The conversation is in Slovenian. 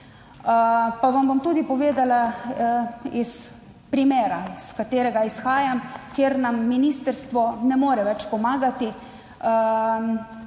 vam bom tudi povedala iz primera iz katerega izhajam, kjer nam ministrstvo ne more več pomagati,